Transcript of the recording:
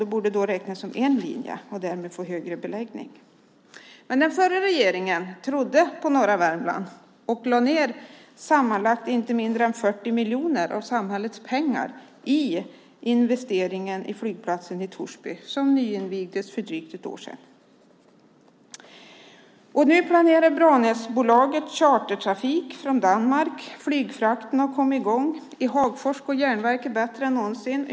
Det borde räknas som en linje, som då skulle få högre beläggning. Den förra regeringen trodde på norra Värmland och investerade sammanlagt inte mindre än 40 miljoner av samhällets pengar i flygplatsen i Torsby, som nyinvigdes för drygt ett år sedan. Nu planerar Branäsbolaget chartertrafik från Danmark. Flygfrakten har kommit i gång. I Hagfors går järnverket bättre än någonsin.